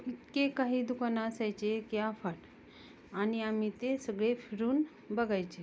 इतके काही दुकानं असायचे की अफाट आणि आम्ही ते सगळे फिरून बघायचे